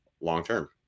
long-term